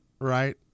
right